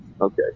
okay